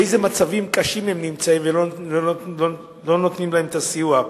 באיזה מצבים קשים הם נמצאים ולא נותנים להם את הסיוע,